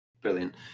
Brilliant